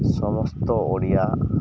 ସମସ୍ତ ଓଡ଼ିଆ